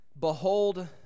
Behold